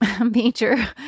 major